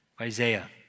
Isaiah